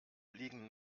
liegen